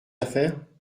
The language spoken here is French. affaires